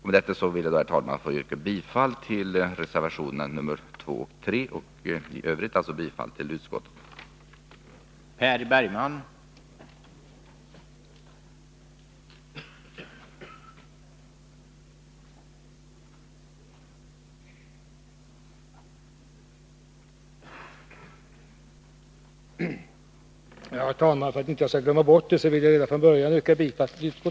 Med detta vill jag yrka bifall till reservationerna 2 och 3 och i övrigt bifall till utskottets hemställan.